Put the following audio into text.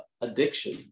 addiction